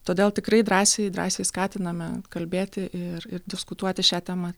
todėl tikrai drąsiai drąsiai skatiname kalbėti ir ir diskutuoti šia tema